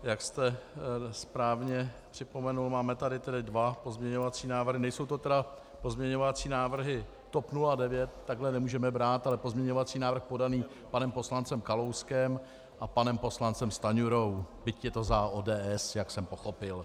Jak jste správně připomněl, máme tady tedy dva pozměňovací návrhy, nejsou to tedy pozměňovací návrhy TOP 09, takhle je nemůžeme brát, ale pozměňovací návrh podaný panem poslancem Kalouskem a panem poslancem Stanjurou, byť je to za ODS, jak jsem pochopil.